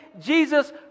Jesus